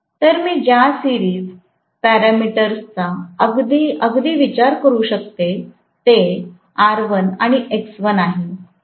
तर मी ज्या सीरिज पॅरामीटर्स चा अगदी अगदी विचार करू शकते ते R1 आणि X1 आहे